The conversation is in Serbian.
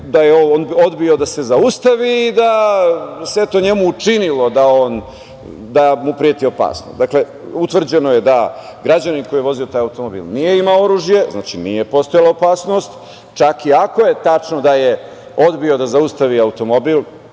da je odbio da se zaustavi i da se njemu učinilo da mu preti opasnost. Dakle, utvrđeno je da građanin koji je vozio taj automobil nije imao oružje, nije postojala opasnost, čak i ako je tačno da je odbio da zaustavi automobil,